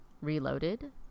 Reloaded